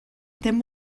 then